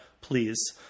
please